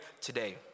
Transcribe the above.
today